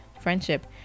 friendship